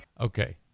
Okay